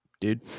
dude